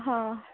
ହଁ